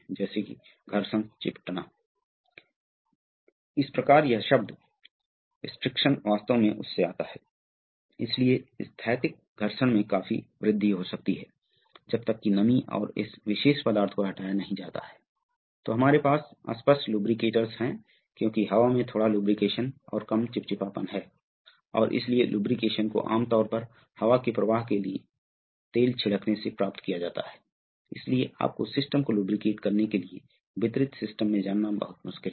इसलिए जब यदि इस फ्लैपर की मुख्य स्पूल गति है तो इस बिंदु पर दबाव बढ़ने वाला है यदि यह इस तरफ है और उस तरफ का दबाव गिरने वाला है तो यह एक अंतर दबाव बनाएगा और यह स्पूल को स्थानांतरित करेगा यह मूल सिद्धांत है और आप इस गति को कैसे बनाते हैं आप इस गति का निर्माण करते हैं जिसे टार्क मोटर कॉइल के रूप में जाना जाता है कभी कभी जो कहा जाता है उसे टॉर्केड कहते है या कभी कभी कहा जाता है एक टार्क मोटर जो फ्लैपर की माइनसक्यूल गति बना सकता है